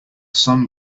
sun